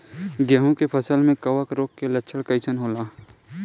गेहूं के फसल में कवक रोग के लक्षण कइसन होला?